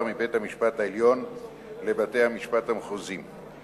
מבית-המשפט העליון לבתי-המשפט המחוזיים.